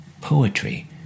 Poetry